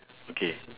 okay